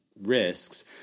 risks